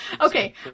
Okay